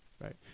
right